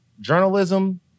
journalism